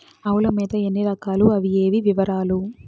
ఆవుల మేత ఎన్ని రకాలు? అవి ఏవి? వివరాలు?